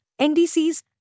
NDCs